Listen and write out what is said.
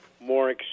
more